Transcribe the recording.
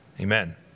Amen